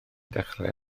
dechrau